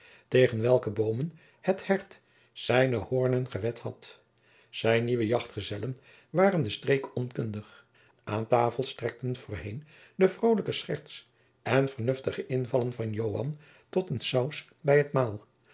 tegen welke boomen het hert zijne hoornen gewet had zijn nieuwe jachtgezellen waren den streek onkundig aan tafel strekten voorheen de vrolijke scherts en vernuftige invallen van joan tot een jacob van lennep de pleegzoon saus bij het